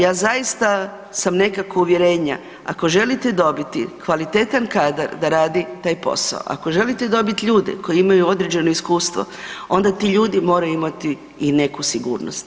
Ja zaista sam nekako uvjerenja, ako želite dobiti kvalitetan kadar da radi taj posao, ako želite dobit ljude koji imaju određeno iskustvo, onda ti ljudi moraju imati i neku sigurnost.